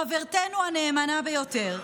חברתנו הנאמנה ביותר,